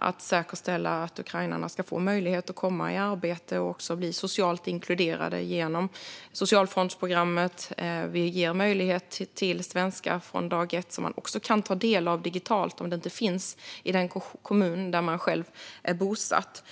att säkerställa att ukrainarna ska få möjlighet att komma i arbete och bli socialt inkluderade genom socialfondsprogrammet. Vi ger möjlighet till Svenska från dag ett, som man också kan ta del av digitalt om det inte finns i den kommun där man själv är bosatt.